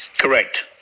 Correct